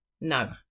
No